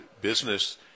business